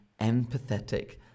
empathetic